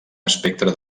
espectre